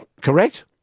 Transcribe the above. Correct